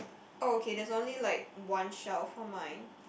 oh okay there's only like one shell for mine